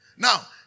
Now